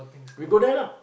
we go there lah